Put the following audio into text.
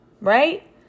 Right